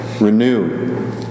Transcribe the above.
renew